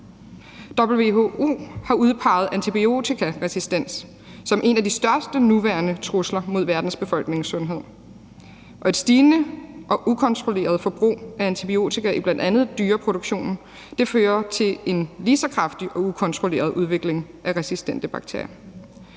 WHO har udpeget antibiotikaresistens som en af de største nuværende trusler mod verdensbefolkningens sundhed, og et stigende og ukontrolleret forbrug af antibiotika i bl.a. dyreproduktionen fører til en lige så kraftig og ukontrolleret udvikling af resistente bakterier.